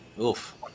Oof